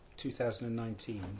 2019